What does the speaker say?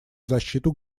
защиту